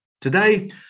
Today